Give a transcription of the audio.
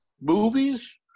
Movies